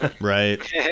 Right